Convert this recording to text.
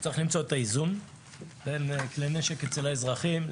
צריך למצוא את האיזון בין כמות כלי הנשק אצל האזרחים,